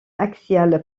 axiale